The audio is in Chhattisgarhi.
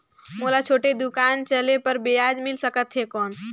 मोला छोटे दुकान चले बर ब्याज मिल सकत ही कौन?